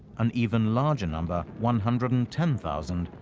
an even larger number, one hundred and ten thousand,